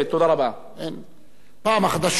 פעם החדשות בערוץ הראשון בערבית,